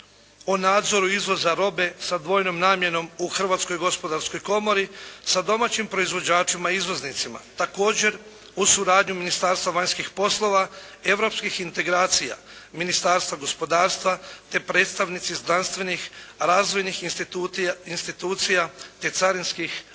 o nadzoru izvoza robe sa dvojnom namjenom u Hrvatskoj gospodarskoj komori sa domaćim proizvođačima izvoznicima. Također uz suradnju Ministarstva vanjskih poslova, europskih integracija i Ministarstva gospodarstva, te predstavnici zdravstvenih razvojnih institucija te carinskih otpremnika.